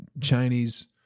Chinese